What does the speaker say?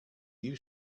you